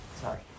Sorry